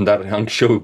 dar anksčiau